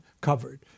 covered